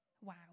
Wow